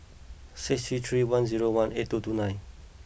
six three three one zero one eight two two nine